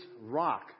rock